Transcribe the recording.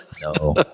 No